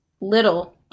Little